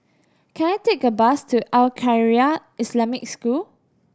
can I take a bus to Al Khairiah Islamic School